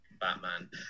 Batman